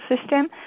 system